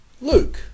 Luke